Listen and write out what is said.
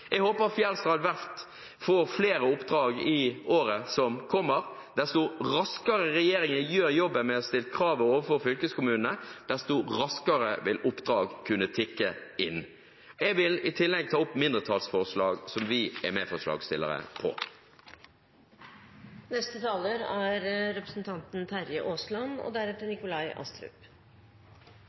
Jeg håper Fjellstrand verft får flere oppdrag i året som kommer. Desto raskere regjeringen gjør jobben med å stille krav overfor fylkeskommunene, desto raskere vil oppdrag kunne tikke inn. Jeg vil i tillegg ta opp det mindretallsforslaget som vi er medforslagsstillere